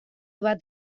bat